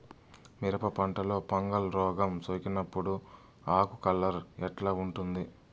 మిరప పంటలో ఫంగల్ రోగం సోకినప్పుడు ఆకు కలర్ ఎట్లా ఉంటుంది?